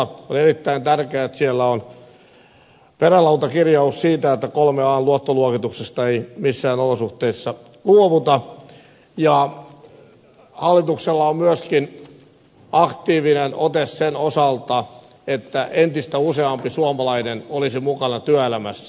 on erittäin tärkeää että siellä on perälautakirjaus siitä että kolmen an luottoluokituksesta ei missään olosuhteissa luovuta ja hallituksella on myöskin aktiivinen ote sen osalta että entistä useampi suomalainen olisi mukana työelämässä